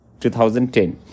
2010